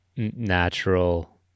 Natural